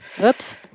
Oops